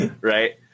right